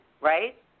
right